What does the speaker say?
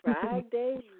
Friday